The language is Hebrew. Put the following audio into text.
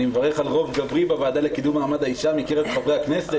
אני מברך על רוב גברי בוועדה לקידום מעמד האישה מקרב חברי הכנסת.